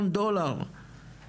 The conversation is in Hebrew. מיליון בתורמים עשינו,